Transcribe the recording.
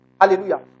Hallelujah